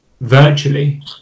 virtually